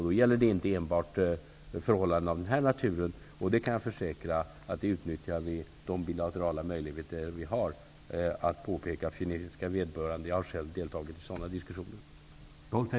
Det gäller då inte enbart förhållanden av denna natur. Jag kan försäkra att vi utnyttjar de bilaterala möjligheter vi har att påpeka detta för kinesiska vederbörande. Jag har själv deltagit i sådana diskussioner.